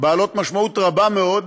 בעלות משמעות רבה מאוד